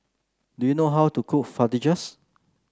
do you know how to cook Fajitas